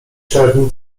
czerni